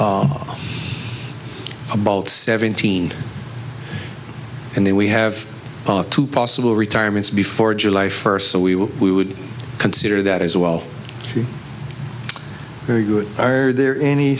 about seventeen and then we have two possible retirements before july first so we will we would consider that as well very good are there any